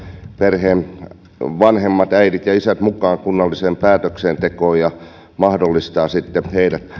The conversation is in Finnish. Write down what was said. perheen vanhemmat äidit ja isät mukaan kunnalliseen päätöksentekoon ja mahdollistetaan se sitten heille